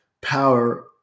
Power